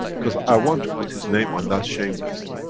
because i want to put his name on that shame list.